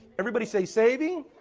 everybody say saving